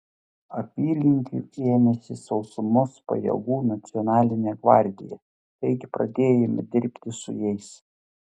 apylinkių ėmėsi sausumos pajėgų nacionalinė gvardija taigi pradėjome dirbti su jais